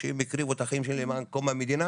שהם הקריבו את החיים שלהם למען קום המדינה